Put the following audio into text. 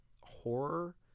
horror